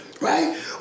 right